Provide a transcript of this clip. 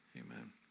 Amen